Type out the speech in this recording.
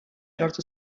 lortu